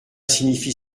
signifie